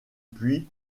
puy